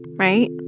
right?